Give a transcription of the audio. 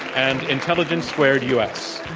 and intelligence squared u.